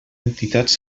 entitats